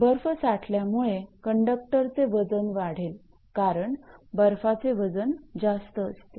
बर्फ साठल्यामुळे कंडक्टरचे वजन वाढेल कारण बर्फाचे वजन जास्त असते